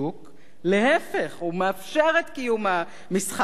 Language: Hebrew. להיפך, הוא מאפשר את קיום המשחק החופשי.